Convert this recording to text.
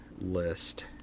list